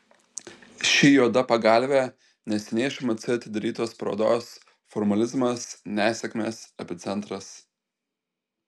ši juoda pagalvė neseniai šmc atidarytos parodos formalizmas ne sėkmės epicentras